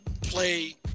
play